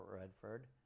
Redford